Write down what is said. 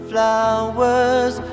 Flowers